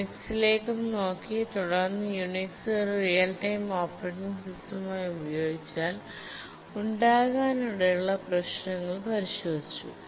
യുണിക്സിലേക്കും നോക്കി തുടർന്ന് യുണിക്സ് ഒരു റിയൽ ടൈം ഓപ്പറേറ്റിംഗ് സിസ്റ്റമായി ഉപയോഗിച്ചാൽ ഉണ്ടാകാനിടയുള്ള പ്രശ്നങ്ങൾ പരിശോധിച്ചു